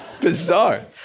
Bizarre